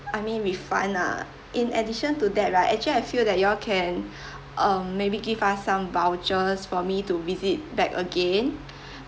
I mean refund ah in addition to that right actually I feel that you all can um maybe give us some vouchers for me to visit back again